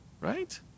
right